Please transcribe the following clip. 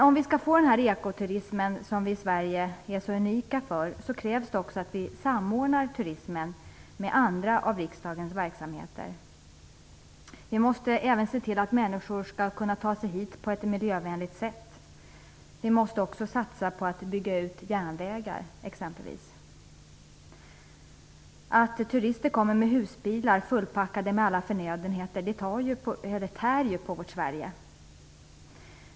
Om vi skall få den ekoturism som är så unik för Sverige krävs det också att vi samordnar turismen med andra av riksdagens verksamheter. Vi måste även se till att människor kan ta sig hit på ett miljövänligt sätt. Vi måste också satsa på att bygga ut järnvägar, exempelvis. Att turister kommer med husbilar fullpackade med alla förnödenheter tär på vårt Sverige.